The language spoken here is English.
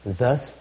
Thus